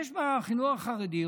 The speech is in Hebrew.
יש בחינוך החרדי,